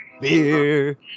Beer